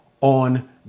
on